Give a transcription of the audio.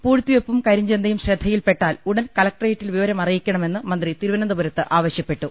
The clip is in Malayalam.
പൂഴ്ത്തിവെപ്പും കരിഞ്ചന്തയും ശ്രദ്ധയിൽപ്പെട്ടാൽ ഉടൻ കലക്ടറേറ്റിൽ വിവരം അറിയിക്കണമെന്ന് മന്ത്രി തിരുവനന്തപുരത്ത് ആവശ്യപ്പെട്ടു